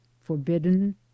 forbidden